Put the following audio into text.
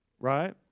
right